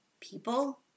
people